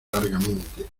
largamente